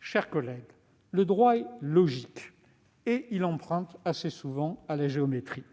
Chers collègues, le droit est logique et il emprunte assez souvent à la géométrie.